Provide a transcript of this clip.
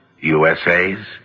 USA's